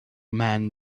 man